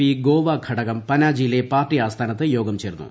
P Goa ഘട്ടകും പ്രനാജിയിലെ party ആസ്ഥാനത്ത് യോഗം ചേർന്നു